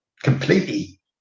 completely